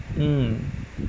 hmm